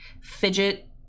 fidget